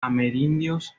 amerindios